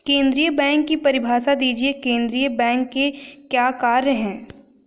केंद्रीय बैंक की परिभाषा दीजिए केंद्रीय बैंक के क्या कार्य हैं?